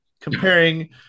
comparing